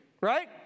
Right